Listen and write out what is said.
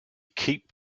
keep